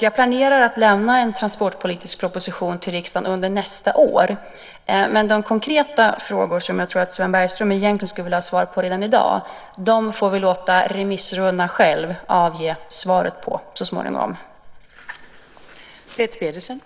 Jag planerar att lämna en transportpolitisk proposition till riksdagen under nästa år. För de konkreta frågor som jag tror Sven Bergström vill ha svar på redan i dag får vi vänta ut svaren från remissrundan.